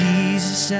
Jesus